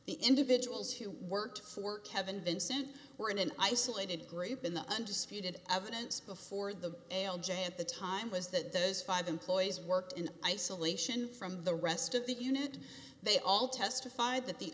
the individuals who worked for kevin vincent were in an isolated group in the undisputed evidence before the l j at the time was that those five employees worked in isolation from the rest of the unit they all testified that the